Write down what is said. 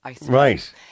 Right